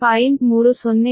30 p